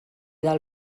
del